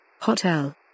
Hotel